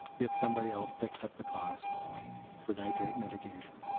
if somebody else picks up the cost for nitrate mitigation.